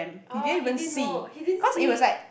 orh he didn't know he didn't see